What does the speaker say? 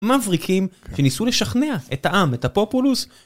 מבריקים שניסו לשכנע את העם, את הפופולוס.